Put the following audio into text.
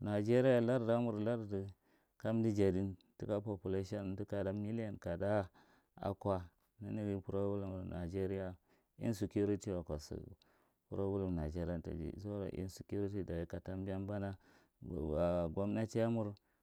nigeria landamur, larda kamda jading, taka population amda kada, miliyan kada akwa. Nanaga problemir nigeria insecurity wakwa sa problem nigeria, dajad zauro insecurity, dani ka tambiya mbana gomnatigamuk…